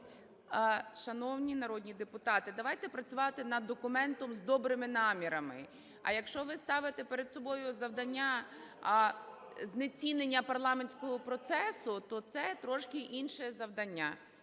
Шановні народні депутати, давайте працювати над документом з добрими намірами. А якщо ви ставите перед собою завдання знецінення парламентського процесу, то це трішки інше завдання.